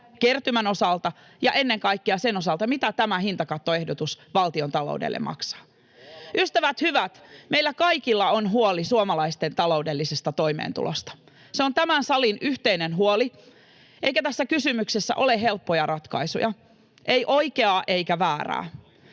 kertymän osalta että ennen kaikkea sen osalta, mitä tämä hintakattoehdotus valtiontaloudelle maksaa. [Petri Hurun välihuuto] Ystävät hyvät, meillä kaikilla on huoli suomalaisten taloudellisesta toimeentulosta. Se on tämän salin yhteinen huoli, eikä tässä kysymyksessä ole helppoja ratkaisuja, ei oikeaa eikä väärää.